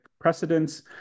precedents